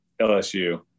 LSU